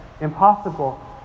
impossible